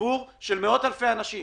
ציבור של מאות אלפי אנשים?